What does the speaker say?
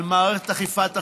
על מערכת אכיפת החוק,